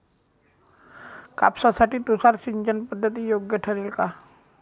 कापसासाठी तुषार सिंचनपद्धती योग्य ठरेल का?